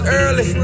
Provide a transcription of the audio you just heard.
early